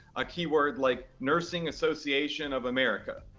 a keyword like nursing association of america.